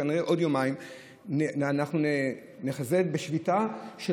כנראה בעוד יומיים אנחנו נחזה בשביתה של